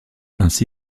ainsi